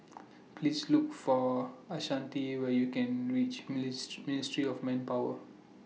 Please Look For Ashanti when YOU REACH Ministry of Manpower